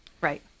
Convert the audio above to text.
Right